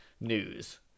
News